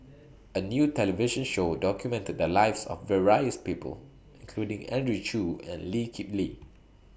A New television Show documented The Lives of various People including Andrew Chew and Lee Kip Lee